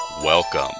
Welcome